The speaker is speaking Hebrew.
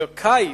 זה קיץ.